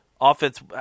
offense